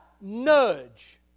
nudge